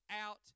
out